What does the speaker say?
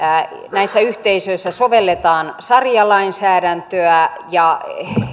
näissä yhteisöissä sovelletaan saria lainsäädäntöä ja